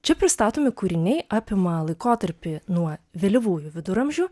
čia pristatomi kūriniai apima laikotarpį nuo vėlyvųjų viduramžių